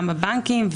גם הבנקים.